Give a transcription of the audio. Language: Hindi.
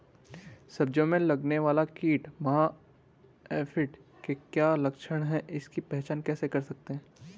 सब्जियों में लगने वाला कीट माह एफिड के क्या लक्षण हैं इसकी पहचान कैसे कर सकते हैं?